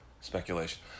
speculation